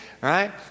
right